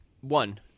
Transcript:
one